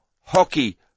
hockey